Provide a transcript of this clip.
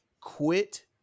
quit